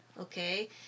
okay